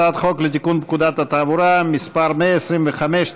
הצעת חוק לתיקון פקודת התעבורה (מס' 125),